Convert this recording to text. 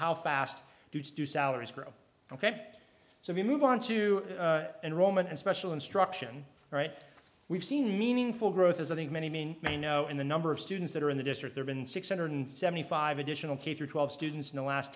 how fast do salaries grow ok so we move on to and roman and special instruction right we've seen meaningful growth as i think many mean i know in the number of students that are in the district there been six hundred seventy five additional k through twelve students in the last